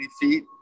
feet